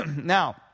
Now